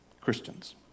christians